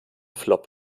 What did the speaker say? flop